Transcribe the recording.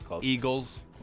Eagles